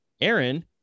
Aaron